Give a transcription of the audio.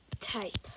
type